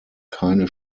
keine